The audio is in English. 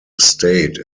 state